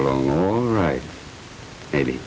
alone all right maybe